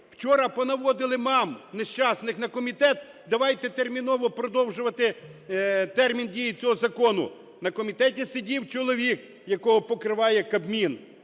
Вчора понаводили мам нещасних на комітет: давайте терміново продовжувати термін дії цього закону. На комітеті сидів чоловік, якого покриває Кабмін,